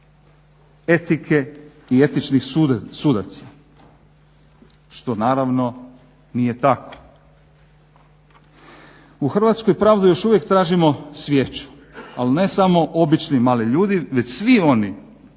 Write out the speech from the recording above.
etike i etičkih sudaca što naravno nije tako. U Hrvatskoj pravdu još uvijek tražimo svijećom, ali ne samo obični mali ljudi već svi oni